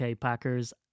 Packers